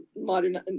Modern